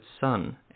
son